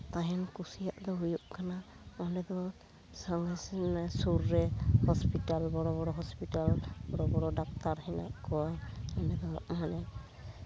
ᱛᱟᱦᱮᱱ ᱠᱩᱥᱤᱭᱟᱜ ᱫᱚ ᱦᱩᱭᱩᱜ ᱠᱟᱱᱟ ᱚᱸᱰᱮ ᱫᱚ ᱥᱟᱢᱱᱟ ᱥᱟᱢᱱᱤ ᱥᱩᱨ ᱨᱮ ᱦᱚᱥᱯᱤᱴᱟᱞ ᱵᱚᱲᱚ ᱵᱚᱲᱚ ᱦᱚᱥᱯᱤᱴᱟᱞ ᱵᱚᱲᱚ ᱵᱚᱲ ᱰᱟᱠᱛᱟᱨ ᱦᱮᱱᱟᱜ ᱠᱚᱣᱟ ᱚᱸᱰᱮ ᱫᱚ ᱛᱟᱦᱞᱮ